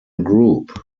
group